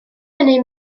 hynny